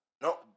No